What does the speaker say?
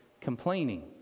complaining